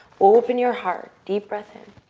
open your heart, deep breath in.